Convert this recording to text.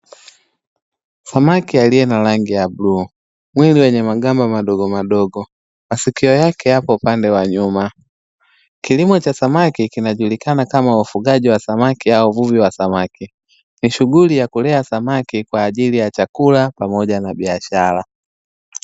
Samaki aliye na rangi ya bluu; mwili wenye magamba madogo madogo, masikio yake hapo upande wa nyuma. Kilimo cha samaki kinajulikana kama wafugaji wa samaki au uvuvi wa samaki ni shughuli ya kulea samaki kwa ajili ya chakula pamoja na biashara.